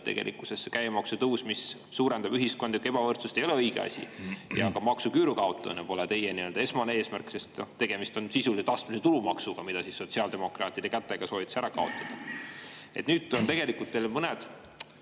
tegelikkuses see käibemaksu tõus, mis suurendab ühiskondlikku ebavõrdsust, ei ole õige asi. Ja ka maksuküüru kaotamine pole teie esmane eesmärk, sest tegemist on sisuliselt astmelise tulumaksuga, mida sotsiaaldemokraatide kätega soovitakse ära kaotada. Nüüd on tegelikult teil